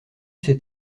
ses